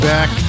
Back